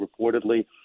reportedly